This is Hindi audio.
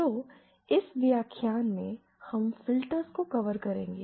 तो इस व्याख्यान में हम फिल्टर्स को कवर करेंगे